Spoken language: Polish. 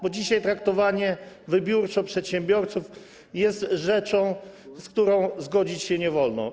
Bo dzisiaj traktowanie wybiórczo przedsiębiorców jest rzeczą, z którą zgodzić się nie wolno.